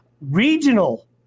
Regional